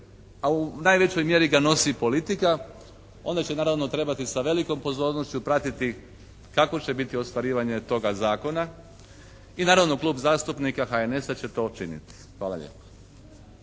a u najvećoj mjeri ga nosi politika onda će naravno trebati sa velikom pozornošću pratiti kakvo će biti ostvarivanje toga zakona i naravno Klub zastupnika HNS-a će to učiniti. Hvala lijepa.